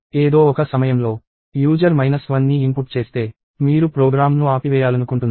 ఏదో ఒక సమయంలో యూజర్ మైనస్ 1ని ఇన్పుట్ చేస్తే మీరు ప్రోగ్రామ్ను ఆపివేయాలనుకుంటున్నారు